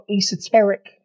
esoteric